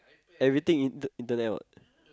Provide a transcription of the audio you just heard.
everything internet what